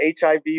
HIV